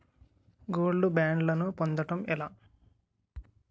Gold బ్యాండ్లను పొందటం ఎలా?